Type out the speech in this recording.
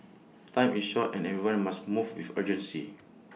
time is short and everyone must move with urgency